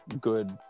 good